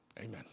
Amen